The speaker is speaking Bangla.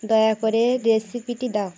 দয়া করে রেসিপিটি দাও